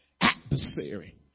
Adversary